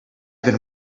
been